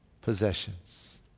possessions